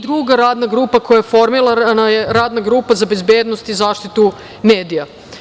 Druga radna koja je formirana je Radna grupa za bezbednost i zaštitu medija.